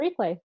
replay